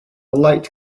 light